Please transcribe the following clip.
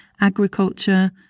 agriculture